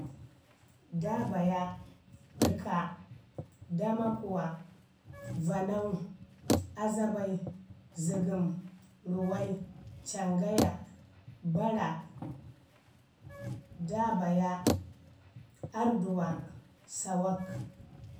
Daabaya, ɗəka, damakuwa, vanau, azabai, zəgəm, ruwai cangaya, bara, daabaya, arrduwa, sawaka